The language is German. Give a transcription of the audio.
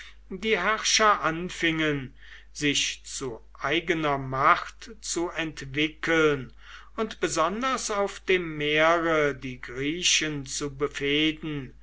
die herrscher anfingen sich zu eigener macht zu entwickeln und besonders auf dem meere die griechen zu befehden